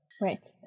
Right